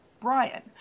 Brian